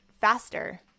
faster